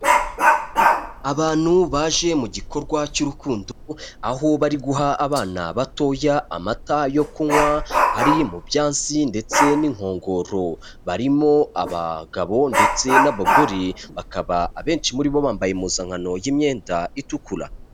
Abantu baje mu gikorwa cy'urukundo, aho bari guha abana batoya amata yo kunywa ari mu byansi ndetse n'inkongoro, barimo abagabo ndetse n'abagore, bakaba abenshi muri bo bambaye impuzankano y'imyenda itukura.